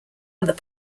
other